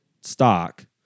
stock